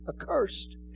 accursed